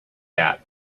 that